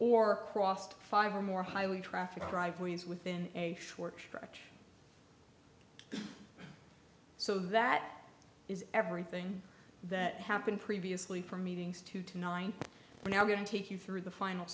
or crossed five or more highly trafficked driveways within a short stretch so that is everything that happened previously from meetings two to nine we're now going to take you through the final